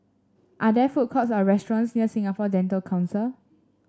are there food courts or restaurants near Singapore Dental Council